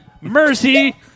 mercy